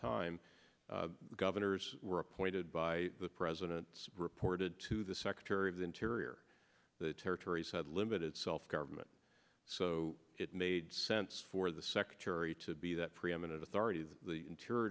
time governors were appointed by the president reported to the secretary of the interior the territories had limited self government so it made sense for the secretary to be that preeminent authority the interior